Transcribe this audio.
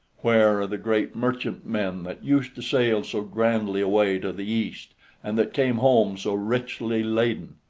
where are the great merchantmen that used to sail so grandly away to the east and that came home so richly laden?